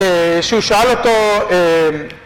שהוא שאל אותו